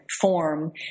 form